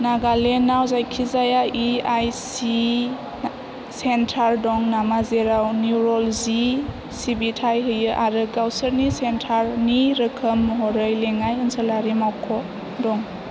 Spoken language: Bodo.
नागालेण्डआव जायखिजाया E S I C centre दं नामा जेराव निउर'ल'जि सिबिथाय होयो आरो गावसोरनि सेन्टारनि रोखोम महरै लेङाइ ओनसोलारि मावख' दं